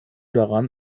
daran